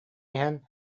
иһэн